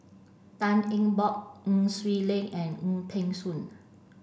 Tan Eng Bock Nai Swee Leng and Wong Peng Soon